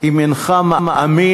מה זה?